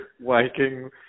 Viking